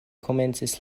komencis